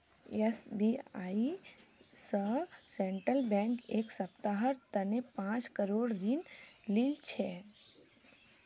SBI स central bank एक सप्ताहर तने पांच करोड़ ऋण लिल छ